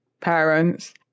parents